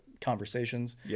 conversations